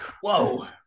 Whoa